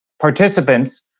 participants